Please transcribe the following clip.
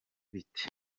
bite